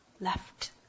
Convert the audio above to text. left